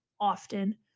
often